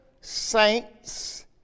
saints